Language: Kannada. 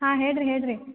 ಹಾಂ ಹೇಳಿರಿ ಹೇಳಿರಿ